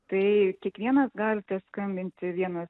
tai kiekvienas galite skambinti vienas